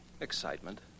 Excitement